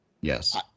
Yes